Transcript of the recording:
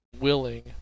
willing